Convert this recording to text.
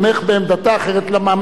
אחרת למה מיניתי אותה?